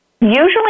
Usually